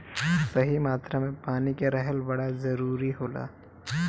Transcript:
सही मात्रा में पानी के रहल बड़ा जरूरी होला